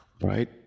right